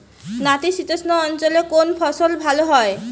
নাতিশীতোষ্ণ অঞ্চলে কোন ফসল ভালো হয়?